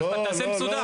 אבל תעשה מסודר.